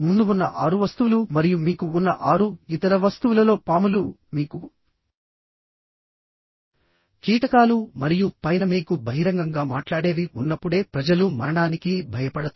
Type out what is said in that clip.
ముందు ఉన్న ఆరు వస్తువులు మరియు మీకు ఉన్న ఆరు ఇతర వస్తువులలో పాములు మీకు కీటకాలు మరియు పైన మీకు బహిరంగంగా మాట్లాడేవి ఉన్నప్పుడే ప్రజలు మరణానికి భయపడతారు